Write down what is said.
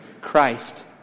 Christ